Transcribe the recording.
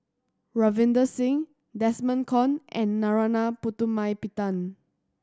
Ravinder Singh Desmond Kon and Narana Putumaippittan